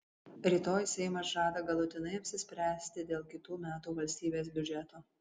rytoj seimas žada galutinai apsispręsti dėl kitų metų valstybės biudžeto